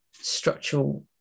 Structural